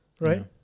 right